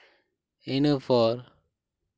ᱤᱱᱟᱹ ᱯᱚᱨ